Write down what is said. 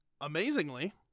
amazingly